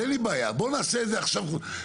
בוא תגיד את הסיכום.